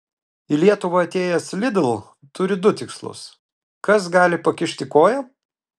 į lietuvą atėjęs lidl turi du tikslus kas gali pakišti koją